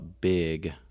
big